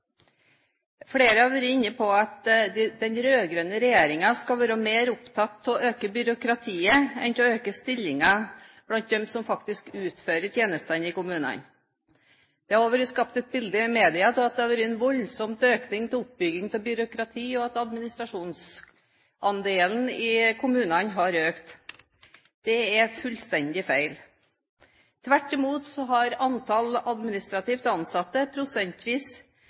Flere har vært inne på at den rød-grønne regjeringen skal være mer opptatt av å øke byråkratiet enn av å øke antallet stillinger blant dem som faktisk utfører tjenestene i kommunene. Det har blitt skapt et bilde i media av at det har vært en voldsom økning i oppbyggingen av byråkrati, og at administrasjonsandelen i kommunene har økt. Det er fullstendig feil. Tvert imot har antall administrativt ansatte prosentvis